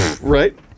Right